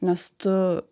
nes tu